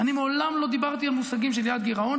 אני מעולם לא דיברתי על מושגים של יעד גירעון,